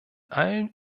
allen